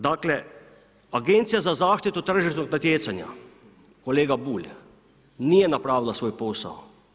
Dakle, Agencija za zaštitu tržišnog natjecanja kolega Bulj nije napravila svoj posao.